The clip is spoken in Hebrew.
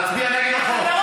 תצביע נגד החוק.